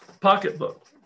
pocketbook